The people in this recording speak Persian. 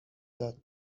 داد